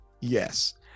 Yes